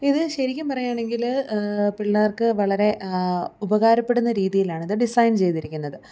ഇത് ശരിക്കും പറയുകയാണെങ്കിൽ പിള്ളേർക്ക് വളരെ ഉപകാരപ്പെടുന്ന രീതിയിലാണ് ഇത് ഡിസൈൻ ചെയ്തിരിക്കുന്നത്